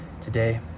today